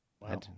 Wow